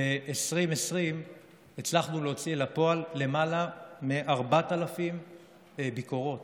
ב-2020 הצלחנו להוציא לפועל למעלה מ-4,000 ביקורות,